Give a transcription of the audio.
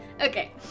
Okay